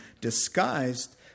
disguised